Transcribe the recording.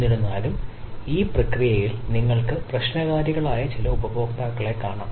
എന്നിരുന്നാലും ഈ പ്രക്രിയയിൽ നിങ്ങൾക്ക് പ്രശ്നകാരികളായ ചില ഉപഭോക്താക്കളെ കാണാം